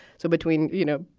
so between, you know,